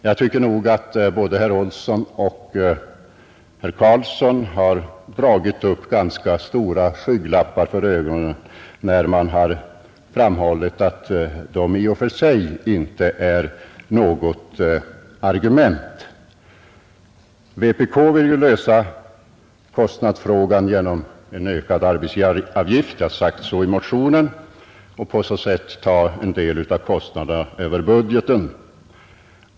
Jag tycker att både herr Olsson i Stockholm och herr Carlsson i Vikmanshyttan satte upp ganska stora skygglappar för ögonen när de framhöll att kostnaderna i och för sig inte är nägot argument. Vpk vill ju lösa kostnadsfrågan genom en ökad arbetsgivaravgift — det har sagts så i motionen — och på sa sätt ta en del av kostnaderna över budgeten.